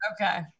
Okay